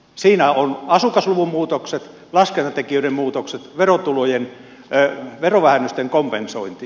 siinä ovat asukasluvun muutokset laskentatekijöiden muutokset verovähennysten kompensointi